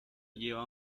lleva